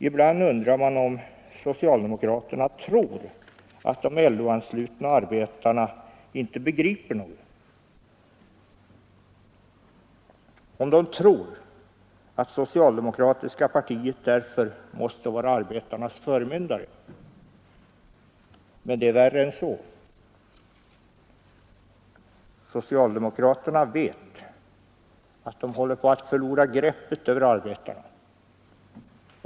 Ibland undrar man om socialdemokraterna tror att de LO-anslutna arbetarna inte begriper något, om de tror att socialdemokratiska partiet därför måste vara arbetarnas förmyndare. Men det är värre än så: socialdemokraterna vet att de håller på att förlora greppet över arbetarna.